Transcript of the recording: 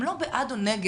הם לא בעד או נגד.